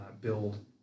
build